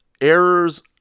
errors